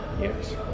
yes